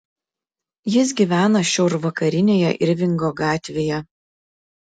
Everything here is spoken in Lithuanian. jis gyvena šiaurvakarinėje irvingo gatvėje